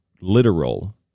literal